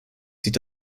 sieht